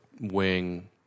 wing